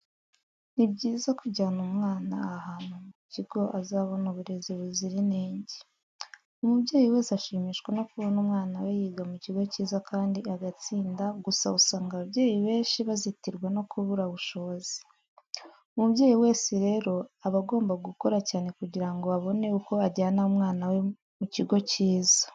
Ni byiza kujyana umwana ahantu mu kigo azabona uburezi buzira inenge. Umubyeyi wese ashimishwa no kubona umwana we yiga mu kigo cyiza kandi agatsinda, gusa usanga ababyeyi benshi bazitirwa no kubura ubushobozi. Umubyeyi wese rero aba agomba gukora cyane kugira ngo abone uko ajyana umwana we mu kigo cyiza.